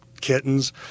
kittens